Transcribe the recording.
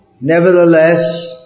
Nevertheless